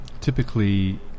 typically